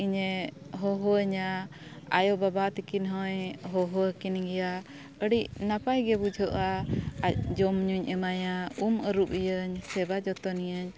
ᱤᱧᱮ ᱦᱚᱦᱚᱣᱟᱹᱧᱟ ᱟᱭᱚ ᱵᱟᱵᱟ ᱛᱤᱠᱤᱱ ᱦᱚᱭ ᱦᱚᱦᱚ ᱟᱹᱠᱤᱱ ᱜᱮᱭᱟ ᱟᱹᱰᱤ ᱱᱟᱯᱟᱭ ᱜᱮ ᱵᱩᱡᱷᱟᱹᱜᱼᱟ ᱟᱡ ᱡᱚᱢ ᱧᱩᱧ ᱮᱢᱟᱭᱟ ᱩᱢ ᱟᱹᱨᱩᱵ ᱤᱭᱟᱹᱧ ᱥᱮᱵᱟ ᱡᱚᱛᱚᱱᱤᱭᱟᱹᱧ